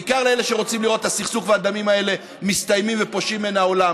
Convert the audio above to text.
בעיקר לאלה שרוצים לראות את סכסוך הדמים הזה מסתיים ופורש מן העולם.